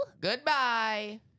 Goodbye